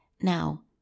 Now